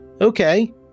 Okay